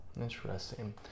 interesting